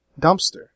dumpster